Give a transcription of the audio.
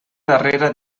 darrere